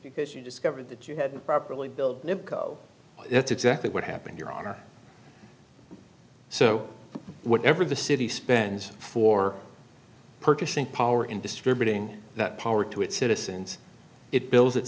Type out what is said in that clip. because you discovered that you had properly billed that's exactly what happened your honor so whatever the city spends for purchasing power in distributing that power to its citizens it bills that